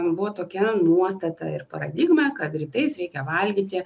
buvo tokia nuostata ir paradigma kad rytais reikia valgyti